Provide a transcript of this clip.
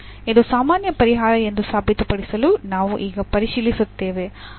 ಇದು ಸಾಮಾನ್ಯ ಪರಿಹಾರ ಎಂದು ಸಾಬೀತುಪಡಿಸಲು ನಾವು ಈಗ ಪರಿಶೀಲಿಸುತ್ತೇವೆ